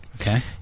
Okay